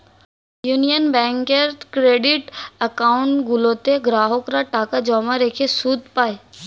union ব্যাঙ্কের credit account গুলোতে গ্রাহকরা টাকা জমা রেখে সুদ পায়